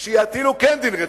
ב-14 ביוני, שכן יחילו דין רציפות.